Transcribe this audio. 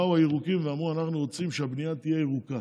באו הירוקים ואמרו: אנחנו רוצים שהבנייה תהיה ירוקה.